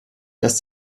dass